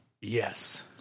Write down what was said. Yes